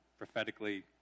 prophetically